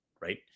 right